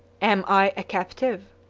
am i a captive?